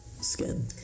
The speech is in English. skin